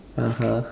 (uh huh)